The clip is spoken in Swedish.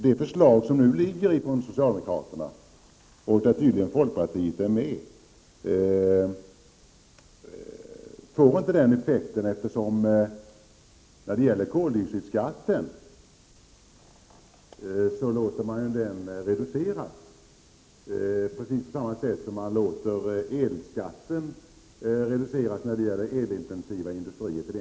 De förslag som socialdemokraterna har lagt fram, som folkpartiet tydligen står bakom, får inte den effekten, eftersom de vill reducera koldioxidskatten på samma sätt som de vill låta elskatten reduceras till 1,7 Zo när det gäller elintensiva industrier.